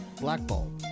Blackball